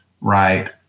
right